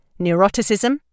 neuroticism